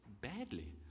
badly